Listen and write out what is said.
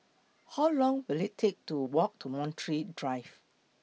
How Long Will IT Take to Walk to Montreal Drive